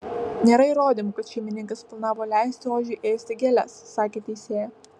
nėra įrodymų kad šeimininkas planavo leisti ožiui ėsti gėles sakė teisėja